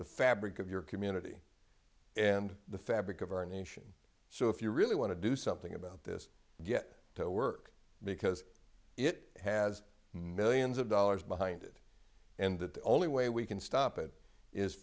the fabric of your community and the fabric of our nation so if you really want to do something about this get to work because it has millions of dollars behind it and that the only way we can stop it is